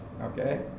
okay